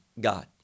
God